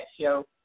show